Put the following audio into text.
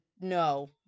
no